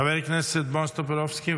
חבר הכנסת בועז טופורובסקי,